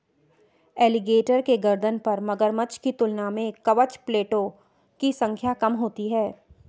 alligator के गर्दन पर मगरमच्छ की तुलना में कवच प्लेटो की संख्या कम होती है